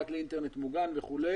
רק לאינטרנט מוגן וכו'.